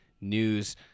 news